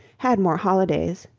had more holidays,